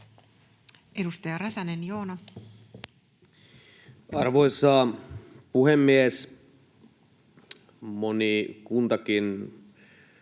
Edustaja Räsänen, Joona. Arvoisa puhemies! Todella, kun